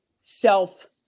self